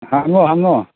ꯍꯪꯉꯨ ꯍꯪꯉꯨ